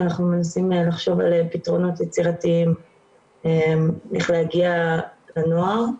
ואנחנו מנסים לחשוב על פתרונות יצירתיים איך להגיע לנוער.